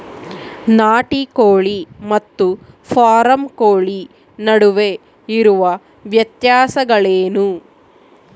ನಾಟಿ ಕೋಳಿ ಮತ್ತು ಫಾರಂ ಕೋಳಿ ನಡುವೆ ಇರುವ ವ್ಯತ್ಯಾಸಗಳೇನು?